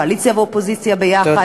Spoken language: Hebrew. קואליציה ואופוזיציה ביחד,